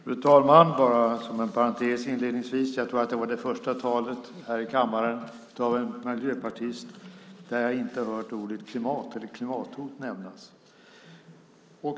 Fru talman! Bara som en parentes inledningsvis: Jag tror att det var det första talet här i kammaren av en miljöpartist där jag inte hört ordet "klimat" eller "klimathot" nämnas.